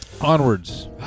Onwards